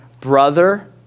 brother